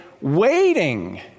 waiting